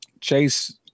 Chase